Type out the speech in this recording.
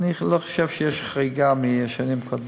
ואני לא חושב שיש חריגה משנים קודמות.